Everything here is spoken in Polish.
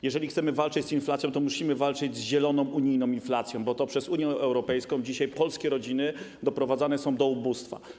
Jeżeli chcemy walczyć z inflacją, to musimy walczyć z zieloną unijną inflacją, bo to przez Unię Europejską dzisiaj polskie rodziny doprowadzane są do ubóstwa.